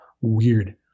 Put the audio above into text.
weird